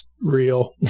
real